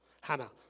Hannah